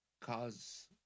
cause